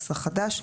התשל"ז-1976,"